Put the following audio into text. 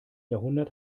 jahrhundert